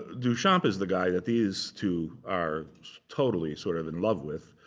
duchamp is the guy that these two are totally sort of in love with.